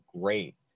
great